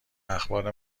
اخبار